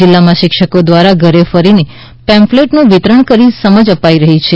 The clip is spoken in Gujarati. જીલ્લામાં શિક્ષકો દ્વારા ઘરે ફરીને પેમ્ફલેટ નું વિતરણ કરીને સમજ અપાઇ રહી છે